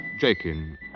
Jakin